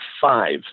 five